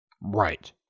Right